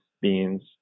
beans